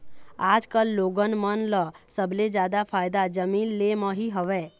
आजकल लोगन मन ल सबले जादा फायदा जमीन ले म ही हवय